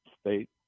state